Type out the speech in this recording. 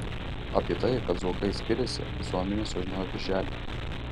apie tai kad zuokai skiriasi visuomenė sužinojo birželį